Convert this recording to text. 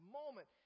moment